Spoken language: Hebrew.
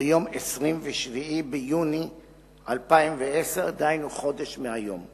ביום 27 ביוני 2010, דהיינו חודש מהיום.